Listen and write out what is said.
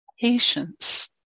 patience